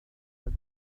have